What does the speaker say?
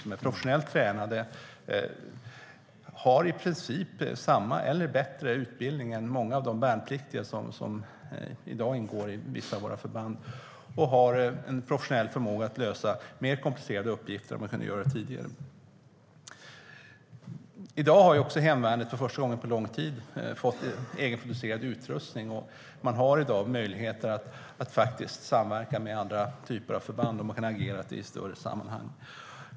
De är professionellt tränade och har i princip samma eller bättre utbildning än många av de värnpliktiga som i dag ingår i vissa av våra förband. Hemvärnet har också en professionell förmåga att lösa mer komplicerade uppgifter än vad man kunde göra tidigare. Hemvärnet har också för första gången på lång tid fått en egenproducerad utrustning, och man har i dag möjligheter att faktiskt samverka med andra typer av förband och kan agera i ett större sammanhang.